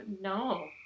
No